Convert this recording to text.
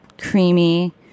creamy